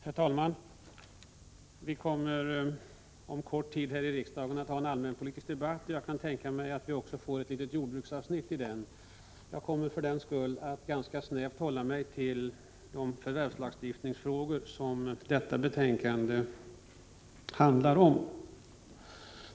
Herr talman! Vi kommer inom kort att här i riksdagen ha en allmänpolitisk debatt. Jag kan tänka mig att vi också får ett litet jordbruksavsnitt i den debatten, och jag kommer därför nu att ganska snävt hålla mig till de förvärvslagstiftningsfrågor som detta betänkande handlar om.